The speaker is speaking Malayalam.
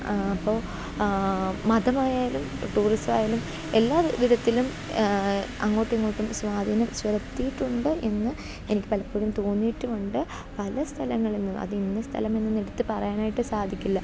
അപ്പോൾ മതമായാലും ടൂറിസമായാലും എല്ലാവിധത്തിലും അങ്ങോട്ടുമിങ്ങോട്ടും സ്വാധീനം ചെലുത്തിയിട്ടുണ്ട് എന്ന് എനിക്ക് പലപ്പോഴും തോന്നിയിട്ടുമുണ്ട് പല സ്ഥലങ്ങളിലും അതിന്ന സ്ഥലമെന്നെടുത്ത് പറയാനായിട്ട് സാധിക്കില്ല